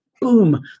boom